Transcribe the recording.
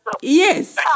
Yes